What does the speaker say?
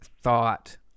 thought